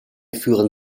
führen